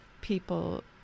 people